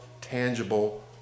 tangible